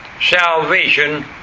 Salvation